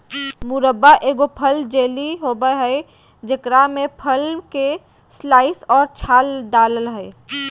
मुरब्बा एगो फल जेली होबय हइ जेकरा में फल के स्लाइस और छाल डालय हइ